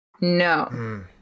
No